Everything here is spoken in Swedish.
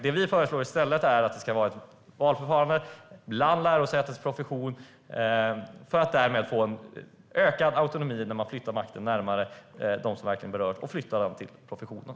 Det vi föreslår i stället är att det ska ske ett valförfarande inom lärosätets profession för att man därmed ska få ökad autonomi genom att makten flyttas närmare dem som verkligen berörs och flyttas till professionen.